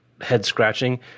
head-scratching